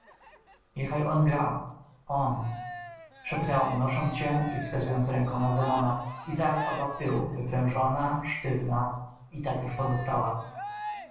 niechaj on gra on szepnęła unosząc się i wskazując ręką na zenona i zaraz padła wtył wyprężona sztywna i tak już pozostała